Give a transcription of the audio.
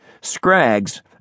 Scraggs